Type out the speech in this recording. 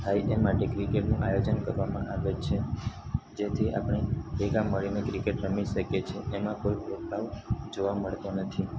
થાય તે માટે ક્રિકેટનું આયોજન કરવામાં આવે છે જેથી આપણે ભેગા મળીને ક્રિકેટ રમી શકીએ છીએ તેમાં કોઈ ભેદભાવ જોવા મળતો નથી